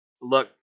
Look